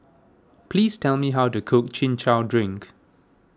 please tell me how to cook Chin Chow Drink